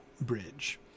bridge